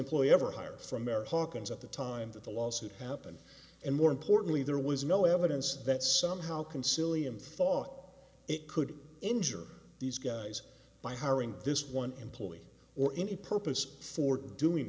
employee ever hired from mary hawkins at the time that the lawsuit happened and more importantly there was no evidence that somehow can silly and thought it could injure these guys by hiring this one employee or any purpose for doing